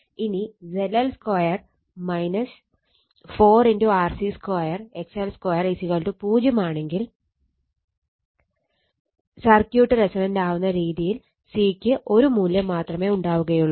ഇനി ZL4 4 RC2 XL 2 0 ആണെങ്കിൽ circuit resonant ആവുന്ന രീതിയിൽ C ക്ക് ഒരു മൂല്യം മാത്രമേ ഉണ്ടാവുകയുള്ളു